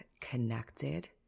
connected